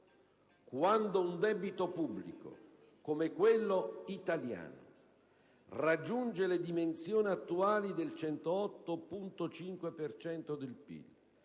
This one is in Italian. Quando un debito pubblico, come quello italiano, raggiunge le dimensioni attuali del 108,5 per